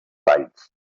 valls